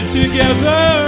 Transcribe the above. together